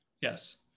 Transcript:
Yes